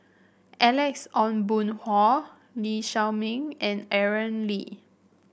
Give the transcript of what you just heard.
Alex Ong Boon Hau Lee Shao Meng and Aaron Lee